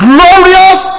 Glorious